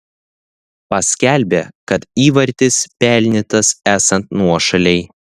paskelbė kad įvartis pelnytas esant nuošalei